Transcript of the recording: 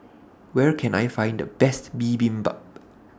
Where Can I Find The Best Bibimbap